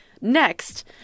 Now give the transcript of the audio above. next